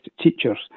teachers